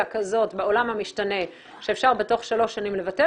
כזאת בעולם המשתנה שאפשר בתוך שלוש שנים לבטל